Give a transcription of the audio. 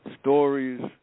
stories